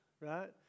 right